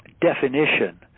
definition